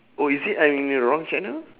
or is it I'm in the wrong channel